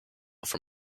for